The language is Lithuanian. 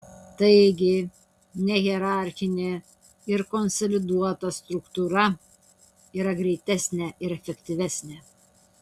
taigi nehierarchinė ir konsoliduota struktūra yra greitesnė ir efektyvesnė